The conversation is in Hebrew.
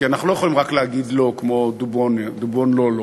כי אנחנו לא יכולים רק להגיד "לא" כמו "דובון לֹאלֹא".